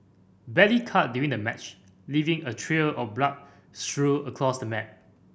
badly cut during the match leaving a trail of blood strewn across the mat